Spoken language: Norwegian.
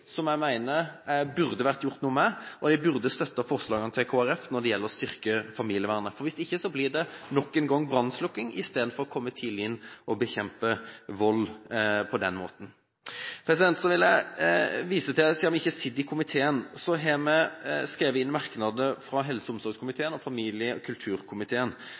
som jeg mener man burde ha gjort noe med. Man burde støttet forslagene til Kristelig Folkeparti når det gjelder å styrke familievernet. Hvis ikke, blir det nok en gang brannslukking i stedet for å komme tidlig inn og bekjempe vold på den måten. Så vil jeg vise til, siden vi ikke sitter i komiteen, at vi har skrevet inn merknader fra helse- og omsorgskomiteen og fra familie- og kulturkomiteen.